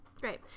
great